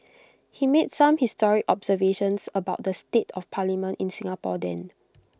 he made some historic observations about the state of parliament in Singapore then